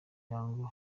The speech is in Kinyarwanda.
myanya